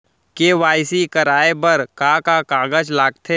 KYC कराये बर का का कागज लागथे?